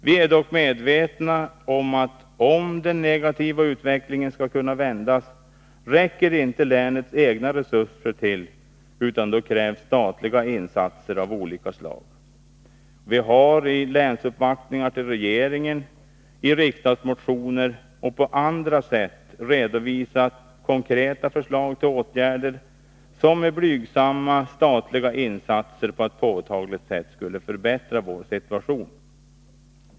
Vi är dock medvetna om att om den negativa utvecklingen skall kunna vändas, räcker inte länets egna resurser till, utan då krävs statliga insatser av olika slag. Vi har i länsuppvaktningar till regeringen, i riksdagsmotioner och på andra sätt redovisat konkreta förslag till åtgärder, som med blygsamma statliga insatser på ett påtagligt sätt skulle förbättra vår situation.